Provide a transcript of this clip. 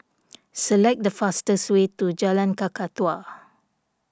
select the fastest way to Jalan Kakatua